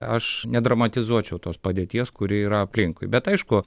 aš nedramatizuočiau tos padėties kuri yra aplinkui bet aišku